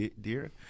dear